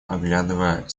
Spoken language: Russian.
оглядывая